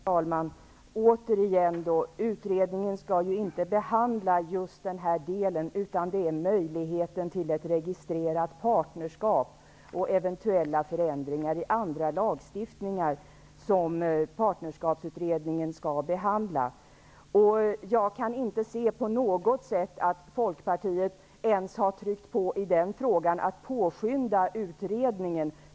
Herr talman! Återigen: utredningen skall inte behandla den frågan utan möjligheten till ett registrerat partnerskap och eventuella förändringar i andra lagstiftningar. Jag kan inte se att Folkpartiet tryckt på ens i den frågan för att påskynda utredningen.